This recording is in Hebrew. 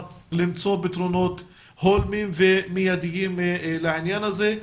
למצוא פתרונות הולמים ומידיים לעניין הזה.